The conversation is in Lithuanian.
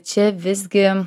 čia visgi